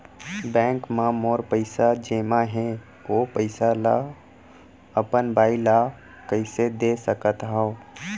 Bank म मोर पइसा जेमा हे, ओ पइसा ला अपन बाई ला कइसे दे सकत हव?